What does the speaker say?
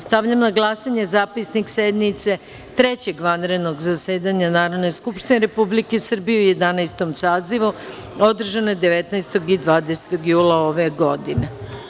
Stavljam na glasanje Zapisnik sednice Trećeg vanrednog zasedanja Narodne skupštine Republike Srbije u Jedanaestom sazivu, održane 19. i 20. jula 2017. godine.